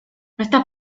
estás